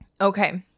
Okay